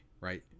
right